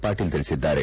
ಪಾಟೀಲ್ ತಿಳಿಸಿದ್ದಾರೆ